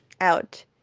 out